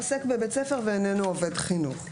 עובד בבית הספר שהוא לא עובד חינוך.